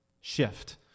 shift